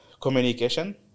communication